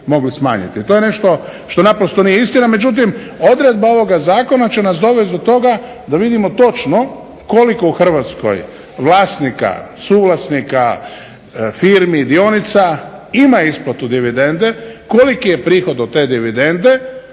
To je nešto što naprosto nije istina. Međutim, odredba ovoga zakona će nas dovesti do toga da vidimo točno koliko u Hrvatskoj vlasnika, suvlasnika firmi dionica ima isplatu dividende, koliki je prihod od te dividende